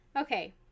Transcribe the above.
Okay